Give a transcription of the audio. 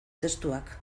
testuak